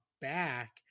back